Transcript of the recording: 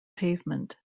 pavement